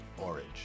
Orange